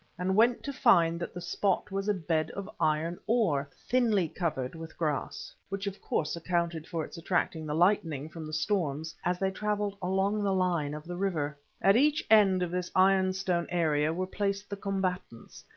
and went to find that the spot was a bed of iron ore, thinly covered with grass, which of course accounted for its attracting the lightning from the storms as they travelled along the line of the river. at each end of this iron-stone area were placed the combatants,